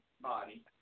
body